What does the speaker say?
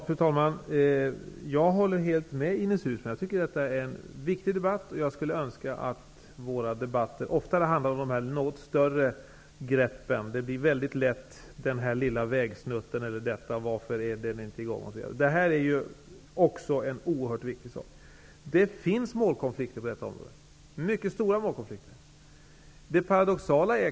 Fru talman! Jag håller helt med Ines Uusmann om att det här är en viktig debatt. Jag skulle önska att våra debatter oftare handlade om de något större frågorna. Det blir väldigt lätt diskussioner om en eller annan liten vägsnutt, varför den inte är i gång, osv. Det här är också någonting oerhört viktigt. Det finns målkonflikter på detta område, mycket stora målkonflikter.